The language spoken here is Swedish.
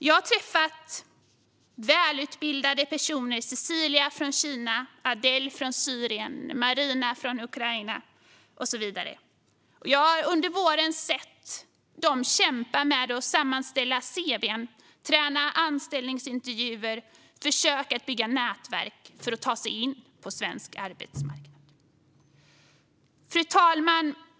Jag har träffat välutbildade personer, Cecilia från Kina, Adel från Syrien, Marina från Ukraina med flera, och jag har under våren sett dem kämpa med att sammanställa cv:n, träna anställningsintervjuer och försöka bygga nätverk för att ta sig in på svensk arbetsmarknad. Fru talman!